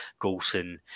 Golson